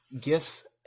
gifts